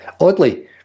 Oddly